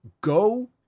Go